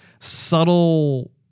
subtle